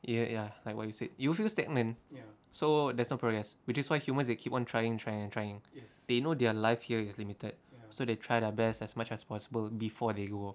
ya ya ya like what you said you'll feel stagnant so there's no progress which is why humans they keep on trying trying trying they know their life here is limited so they try their best as much as possible before they go off